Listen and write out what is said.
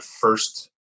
first